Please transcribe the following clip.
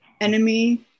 enemy